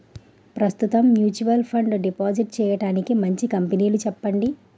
ప్రస్తుతం mutual fund deposit చేయడానికి మంచి కంపెనీలు చెప్పండి